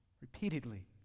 repeatedly